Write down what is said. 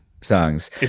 songs